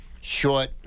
short